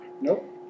Nope